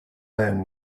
then